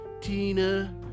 Tina